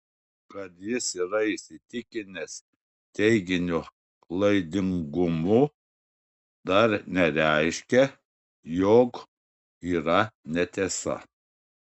kad jis yra įsitikinęs teiginio klaidingumu dar nereiškia jog yra netiesa